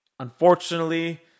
Unfortunately